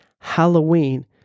Halloween